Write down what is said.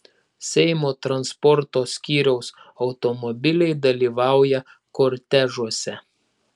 seimo transporto skyriaus automobiliai dalyvauja kortežuose